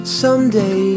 someday